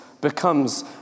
becomes